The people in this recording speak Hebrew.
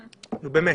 נו, באמת.